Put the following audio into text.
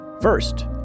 First